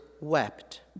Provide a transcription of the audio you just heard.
wept